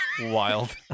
wild